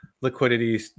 liquidity